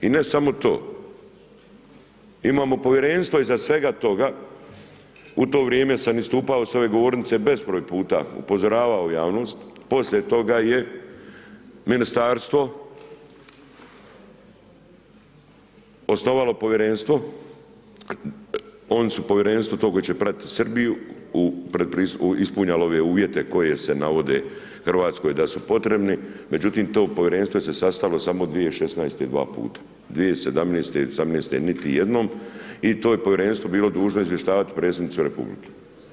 I ne samo to, imamo povjerenstvo iza svega toga, u to vrijeme sam istupao sa ove govornice, bezbroj puta, upozoravao javnost, poslije toga je ministarstvo, osnovalo povjerenstvo, oni su povjerenstvo to koji će pratiti Srbiju ispunjavalo ove uvjete, koje se navodilo Hrvatskoj da su potrebni, međutim, to povjerenstvo se sastajalo 2016. dva puta, 2017., 2018. niti jednom i to je povjerenstvo bilo dužno izvještavati predsjednicu Republiku.